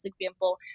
example